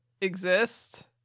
exist